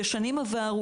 בשנים עברו,